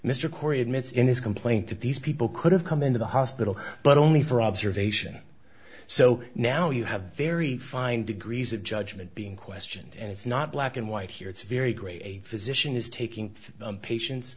mr corey admits in his complaint that these people could have come into the hospital but only for observation so now you have very fine degrees of judgement being questioned and it's not black and white here it's a very great physician is taking patients